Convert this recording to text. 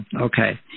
Okay